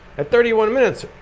at thirty one minutes,